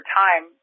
time